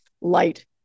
light